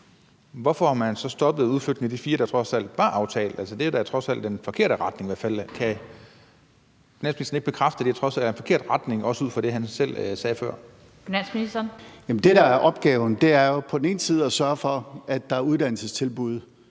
hvorfor har man så stoppet udflytningen af de fire, der trods alt var aftalt? Altså, det er da trods alt den forkerte retning i hvert fald. Kan finansministeren ikke bekræfte, at det trods alt er den forkerte retning, også ud fra det, han selv sagde før? Kl. 17:03 Den fg. formand (Annette Lind): Finansministeren.